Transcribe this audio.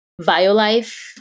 Violife